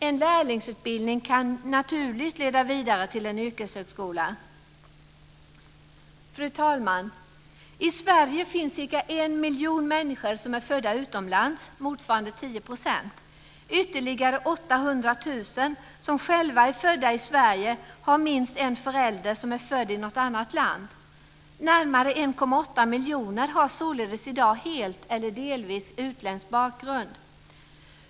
En lärlingsutbildning kan naturligt leda vidare till en yrkeshögskola. Fru talman! I Sverige finns ca 1 miljon människor som är födda utomlands, motsvarande 10 %. Ytterligare 800 000, som själva är födda i Sverige, har minst en förälder som är född i något annat land. Närmare 1,8 miljoner har således i dag helt eller delvis utländsk bakgrund.